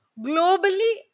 Globally